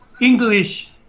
English